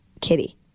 kitty